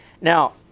Now